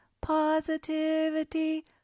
Positivity